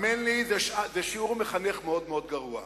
האמן לי, זה שיעור מחנך מאוד-מאוד גרוע,